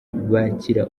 bakira